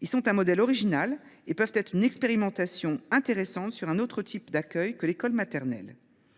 Ils sont un modèle original et peuvent constituer une expérimentation intéressante d’un autre type d’accueil que l’école maternelle.